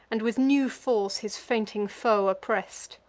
and with new force his fainting foe oppress'd.